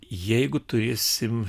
jeigu turėsim